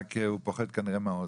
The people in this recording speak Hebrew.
רק הוא פוחד כנראה מהאוצר.